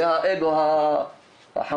זה האגו החמור.